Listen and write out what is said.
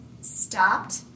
stopped